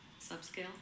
subscale